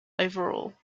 overall